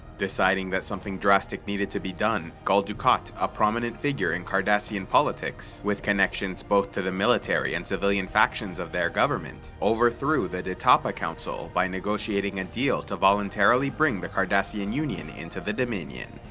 deciding that something drastic needed to be done, gul dukat, a prominent figure in cardassian politics with connection both to the military and civilian factions of their government, overthrew the detapa council by negotiating a deal to voluntarily bring the cardassian union into the dominion.